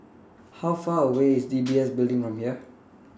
How Far away IS D B S Building from here